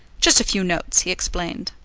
just a few notes, he explained.